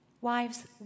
Wives